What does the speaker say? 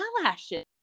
eyelashes